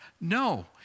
No